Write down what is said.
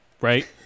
right